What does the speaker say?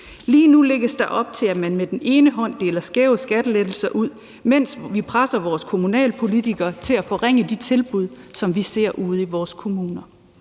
Lige nu lægges der op til, at man med den ene hånd deler skæve skattelettelser ud, mens vi presser vores kommunalpolitikere til at forringe de tilbud, som vi ser ude i vores kommuner.